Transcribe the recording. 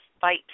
fight